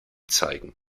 zeigen